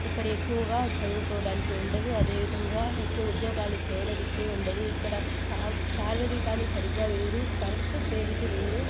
ఇక్కడ ఎక్కువగా చదువుకోవడానికి ఉండదు అదేవిధంగా ఎక్కువ ఉద్యోగాలు చేయడానికి ఉండదు ఇక్కడ సా శాలరీ కానీ సరిగ్గా వెయ్యరు కరెక్ట్ తేదీకి వెయ్యరు